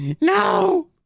No